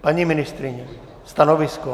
Paní ministryně, stanovisko!